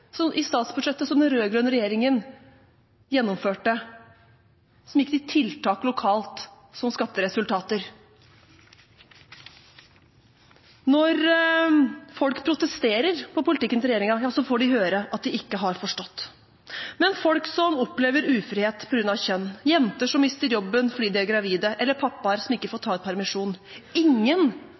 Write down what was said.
i statsbudsjettet som den rød-grønne regjeringen innførte, som gikk til tiltak lokalt, og som skapte resultater. Når folk protesterer mot politikken til regjeringen, får de høre at de ikke har forstått. Men folk som opplever ufrihet på grunn av kjønn, jenter som mister jobben fordi de er gravide, eller pappaer som ikke får ta ut permisjon – ingen